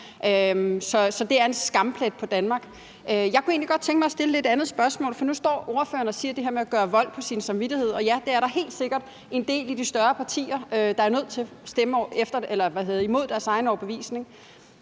så det er en skamplet på Danmark. Jeg kunne egentlig godt tænke mig at stille et lidt andet spørgsmål, for nu står ordføreren og taler om det her med at gøre vold på sin samvittighed. Og ja, der er helt sikkert en del i de større partier, der er nødt til at stemme imod deres egen overbevisning.